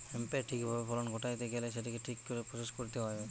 হেম্পের ঠিক ভাবে ফলন ঘটাইতে গেইলে সেটিকে ঠিক করে প্রসেস কইরতে হবে